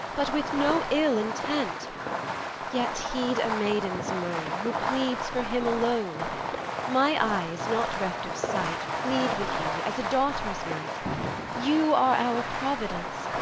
but with no ill intent yet heed a maiden's moan who pleads for him alone my eyes, not reft of sight, plead with you as a daughter's might you are our providence,